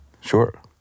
Sure